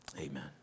Amen